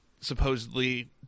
supposedly